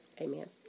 Amen